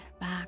back